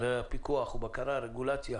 על הפיקוח, על הבקרה, על הרגולציה.